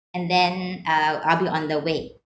and then I'll I'll be on the way